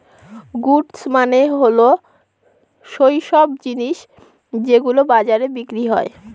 goods মানে হল সৈইসব জিনিস যেগুলো বাজারে বিক্রি হয়